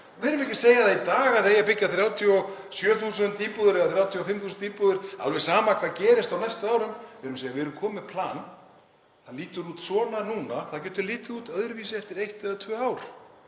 Við erum ekki að segja að í dag eigi að byggja 37.000 íbúðir eða 35.000 íbúðir, alveg sama hvað gerist á næstu árum. Við erum að segja: Við erum komin plan. Það lítur út svona núna. Það getur litið út öðruvísi eftir eitt eða tvö ár